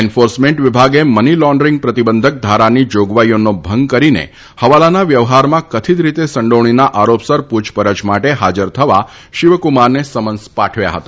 enforcement વિભાગે money laundering પ્રતિબંધક ધારાની જાગવાઇઓનો ભંગ કરીને હવાલાના વ્યવહારમાં કથિત રીતે સંડોવણીના આરોપસર પૂછપરછ માટે હાજર થવા શિવકુમારને સમન્સ પાઠવ્યા હતા